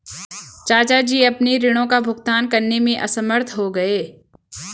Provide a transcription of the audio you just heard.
चाचा जी अपने ऋणों का भुगतान करने में असमर्थ हो गए